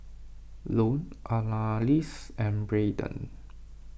Lone Annalise and Braeden